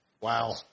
wow